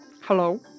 Hello